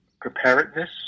preparedness